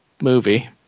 movie